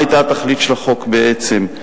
מה היתה התכלית של החוק, בעצם?